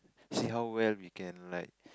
see how where we can like